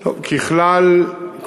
ככלל,